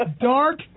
dark